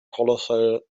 colossal